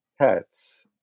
pets